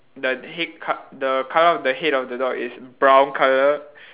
the head col~ the colour of the head of the dog is brown colour